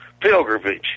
pilgrimage